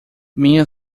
minha